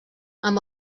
amb